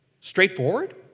straightforward